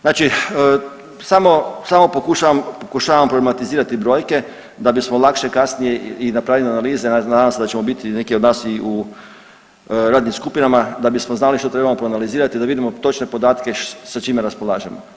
Znači samo, samo pokušavam, pokušavam problematizirati brojke da bismo lakše kasnije i napravili analize, nadam se da ćemo biti neki od nas i u radnim skupinama, da bismo znali što trebamo proanalizirati, da vidimo točne podatke sa čime raspolažemo.